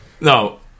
No